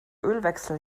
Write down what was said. ölwechsel